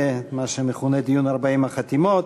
מה שמכונה דיון 40 החתימות.